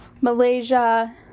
Malaysia